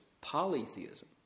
polytheism